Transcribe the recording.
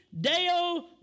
deo